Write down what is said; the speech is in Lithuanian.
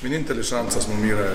vienintelis šansas mum yra